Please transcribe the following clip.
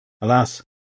Alas